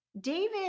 David